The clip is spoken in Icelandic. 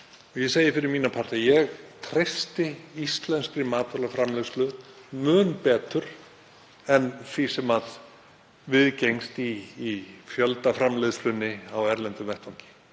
og ég segi fyrir mína parta að ég treysti íslenskri matvælaframleiðslu mun betur en því sem viðgengst í fjöldaframleiðslunni á erlendum vettvangi.